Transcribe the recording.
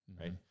right